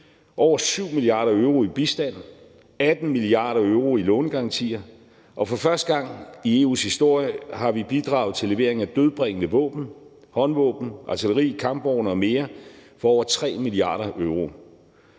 over 7 mia. euro i bistand, 18 mia. euro i lånegarantier, og for første gang i EU's historie har vi bidraget til levering af dødbringende våben – håndvåben, artilleri, kampvogne og mere – for over 3 mia. euro.